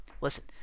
listen